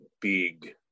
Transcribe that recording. big